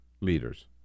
leaders